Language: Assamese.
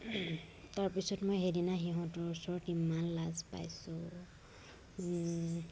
তাৰপিছত মই সেইদিনা সিহঁতৰ ওচৰত কিমান লাজ পাইছোঁ